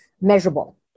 measurable